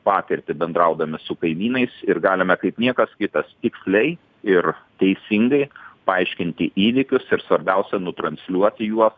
patirtį bendraudami su kaimynais ir galime kaip niekas kitas tiksliai ir teisingai paaiškinti įvykius ir svarbiausia nutransliuoti juo